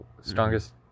strongest